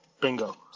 Bingo